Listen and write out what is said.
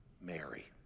Mary